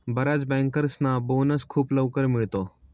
बर्याच बँकर्सना बोनस खूप लवकर मिळतो